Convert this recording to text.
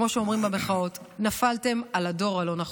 כמו שאומרים במחאות: נפלתם על הדור הלא-נכון.